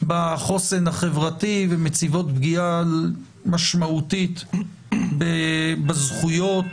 בחוסן החברתי וגורמות לפגיעה משמעותית בזכותם